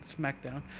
SmackDown